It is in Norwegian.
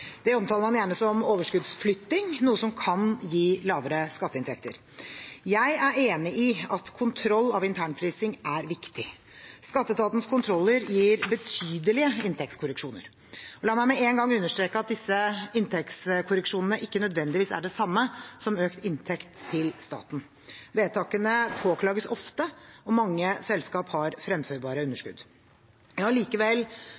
Det omtaler man gjerne som overskuddsflytting, noe som kan gi lavere skatteinntekter. Jeg er enig i at kontroll av internprising er viktig. Skatteetatens kontroller gir betydelige inntektskorreksjoner. La meg med en gang understreke at disse inntektskorreksjonene ikke nødvendigvis er det samme som økt inntekt til staten. Vedtakene påklages ofte, og mange selskap har fremførbare